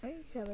है जाबाय